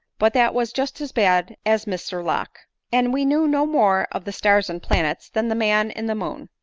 but that was just as bad as mr locke and we knew no more of the stars and planets, than the man in the moon.